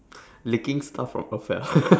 licking stuff from afar